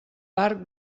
parc